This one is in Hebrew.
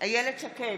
איילת שקד,